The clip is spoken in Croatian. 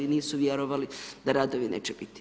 Nisu vjerovali da radovi neće biti.